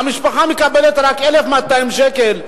והמשפחה מקבלת רק 1,200 שקל,